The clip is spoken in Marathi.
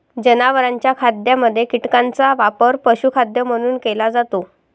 जनावरांच्या खाद्यामध्ये कीटकांचा वापर पशुखाद्य म्हणून केला जातो